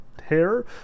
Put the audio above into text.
hair